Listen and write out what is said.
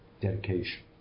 dedication